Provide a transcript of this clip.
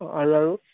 অঁ আৰু আৰু